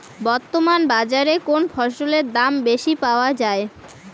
বর্তমান বাজারে কোন ফসলের দাম বেশি পাওয়া য়ায়?